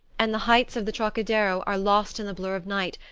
and the heights of the trocadero are lost in the blur of night,